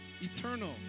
eternal